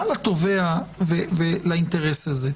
מה לתובע ולאינטרס הזה?